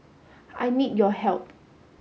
I need your help